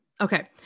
Okay